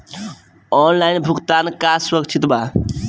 Online भुगतान का सुरक्षित बा?